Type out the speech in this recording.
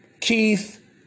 Keith